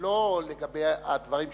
לא לגבי הדברים שתאמר,